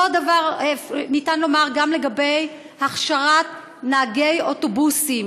אותו דבר ניתן לומר גם לגבי הכשרת נהגי אוטובוסים.